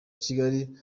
kigali